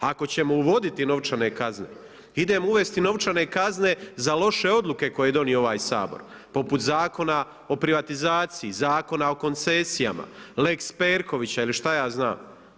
Ako ćemo uvoditi novčane kazne idemo uvesti novčane kazne za loše odluke koje je donio ovaj Sabor poput Zakona o privatizaciji, Zakona o koncesijama, lex Perkovića ili šta ja znam.